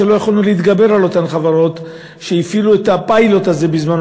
ולא יכולנו להתגבר על אותן חברות שהפעילו את הפיילוט הזה בזמנו,